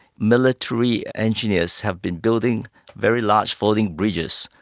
military engineers have been building very large floating bridges.